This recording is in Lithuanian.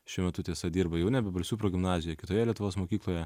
šiuo metu tiesa dirba jau nebe balsių progimnazijoj kitoje lietuvos mokykloje